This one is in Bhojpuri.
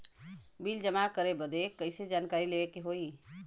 बिल जमा करे बदी कैसे जानकारी लेवे के होई?